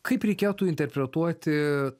kaip reikėtų interpretuoti